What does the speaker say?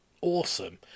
awesome